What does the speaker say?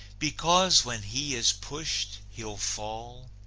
because when he is pushed he'll fall?